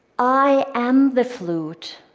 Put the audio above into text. i am the flute,